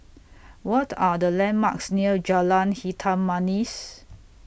What Are The landmarks near Jalan Hitam Manis